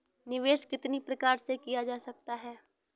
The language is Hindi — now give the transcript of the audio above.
निवेश कितनी प्रकार से किया जा सकता है?